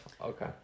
okay